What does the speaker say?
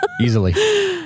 Easily